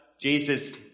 Jesus